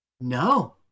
No